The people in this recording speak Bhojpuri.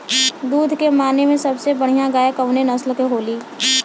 दुध के माने मे सबसे बढ़ियां गाय कवने नस्ल के होली?